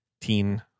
teen